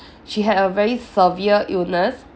she had a very severe illness